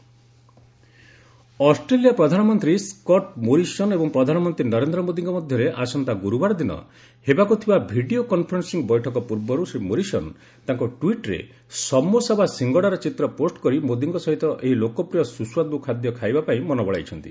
Australia PM samosa Australia ପ୍ରଧାନମନ୍ତ୍ରୀ Scott Morrison ଏବଂ ପ୍ରଧାନମନ୍ତ୍ରୀ ନରେନ୍ଦ୍ର ମୋଦୀଙ୍କ ମଧ୍ୟରେ ଆସନ୍ତା ଗୁରୁବାର ଦିନ ହେବାକୁ ଥିବା ଭିଡ଼ିଓ କନ୍ଫରେନ୍ସିଂ ବୈଠକ ପୂର୍ବରୁ ଶ୍ରୀ ମୋରିସନ୍ ତାଙ୍କ ଟ୍ୱିଟ୍ରେ ସମୋସା ବା ସିଙ୍ଗଡ଼ାର ଚିତ୍ର ପୋଷ୍ଟ କରି ମୋଦୀଙ୍କ ସହିତ ଏହି ଲୋକପ୍ରିୟ ସୁସ୍ୱାଦୁ ଖାଦ୍ୟ ଖାଇବା ପାଇଁ ମନ ବଳାଇଛନ୍ତି